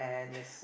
yes